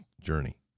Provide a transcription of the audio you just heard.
journey